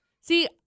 See